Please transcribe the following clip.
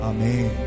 Amen